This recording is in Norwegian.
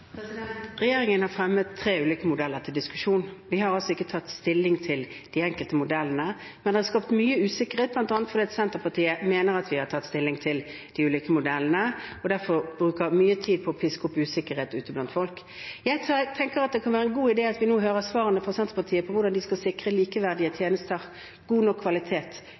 Regjeringen har fremmet tre ulike modeller til diskusjon. Vi har altså ikke tatt stilling til de enkelte modellene, men det er skapt mye usikkerhet, bl.a. fordi Senterpartiet mener at vi har tatt stilling til de ulike modellene og derfor bruker mye tid på å piske opp usikkerhet ute blant folk. Jeg tenker at det kan være en god idé at vi nå hører svarene fra Senterpartiet på hvordan de skal sikre likeverdige tjenester, god nok kvalitet,